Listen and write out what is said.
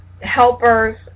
helpers